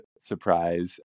surprise